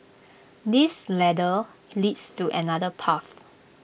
this ladder leads to another path